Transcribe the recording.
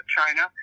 China